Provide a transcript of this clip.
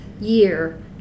year